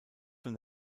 von